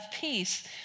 peace